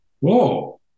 Whoa